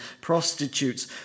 prostitutes